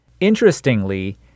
Interestingly